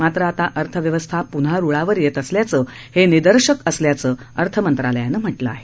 मात्र आता अर्थव्यवस्था पृन्हा रुळावर येत असल्याचं हे निदर्शक असल्याचं अर्थ मंत्रालयानं म्हटलं आहे